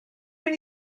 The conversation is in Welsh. mynd